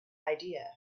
idea